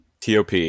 TOP